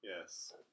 Yes